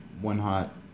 one-hot